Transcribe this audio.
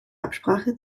absprache